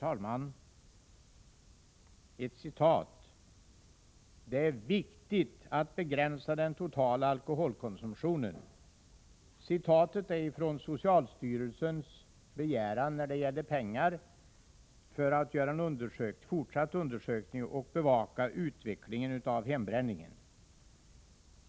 Herr talman! ”Det är viktigt att begränsa den totala alkoholkonsumtionen.” Detta citat är hämtat från socialstyrelsens framställning om pengar för fortsatt undersökning och bevakning av utvecklingen av hembränningen.